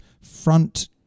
front